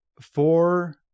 four